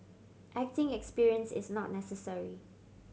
acting experience is not necessary